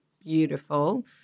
beautiful